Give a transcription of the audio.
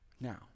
Now